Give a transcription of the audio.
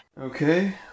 Okay